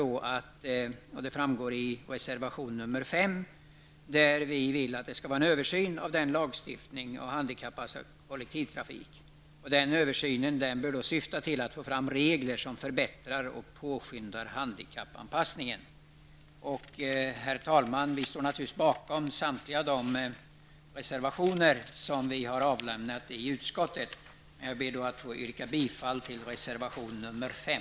I denna reservation står det att vi vill ha en översyn av lagstiftningen om handikappanpassad kollektivtrafik. Denna översyn bör syfta till att få fram regler som förbättrar och påskyndar handikappanpassningen. Vi i centern står naturligtvis bakom samtliga våra reservationer i betänkandet, men jag ber att få yrka bifall till reservation nr 5.